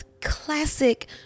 classic